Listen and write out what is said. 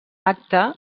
acte